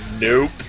Nope